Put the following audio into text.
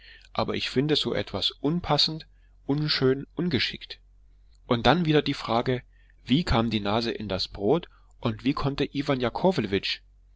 aber ich finde so etwas unpassend unschön ungeschickt und dann wieder die frage wie kam die nase in das brot und wie konnte iwan